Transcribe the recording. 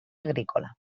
agrícola